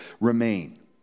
remain